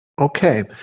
Okay